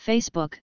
Facebook